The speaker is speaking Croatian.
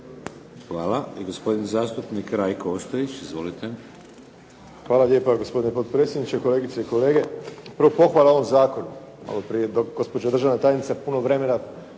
Hvala. I gospodin zastupnik Rajko Ostojić. Izvolite. **Ostojić, Rajko (SDP)** Hvala lijepa gospodine potpredsjedniče, kolegice i kolege. Prvo pohvala ovom zakonu. Malo prije je gospođa državna tajnica puno vremena